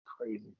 Crazy